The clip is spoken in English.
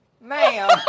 Ma'am